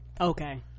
okay